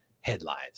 headlines